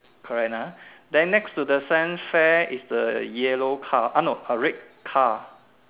correct ah then next to the science fair is the yellow car ah no a red car